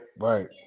right